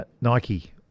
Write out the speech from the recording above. Nike